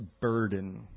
burden